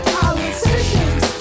politicians